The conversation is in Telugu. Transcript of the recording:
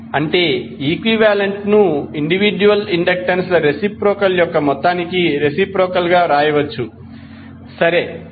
అంటే L ఈక్వివాలెంట్ ను ఇండివిడ్యుయల్ ఇండక్టెన్స్ ల రెసిప్రొకల్ యొక్క మొత్తానికి రెసిప్రొకల్ గా వ్రాయవచ్చు సరియైనది